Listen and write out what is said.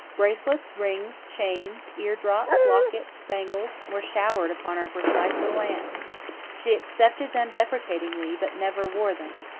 bracelets, rings, chains, ear-drops, lockets, bangles, were showered upon our precise little aunt she accepted them deprecatingly, but never wore them.